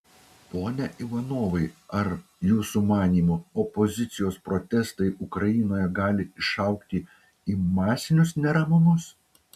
pone ivanovai ar jūsų manymu opozicijos protestai ukrainoje gali išaugti į masinius neramumus